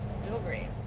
still green.